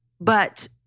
But-